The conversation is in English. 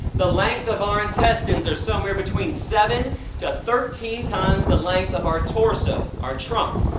the length of our intestines are somewhere between seven to thirteen times the length of our torso, our trunk.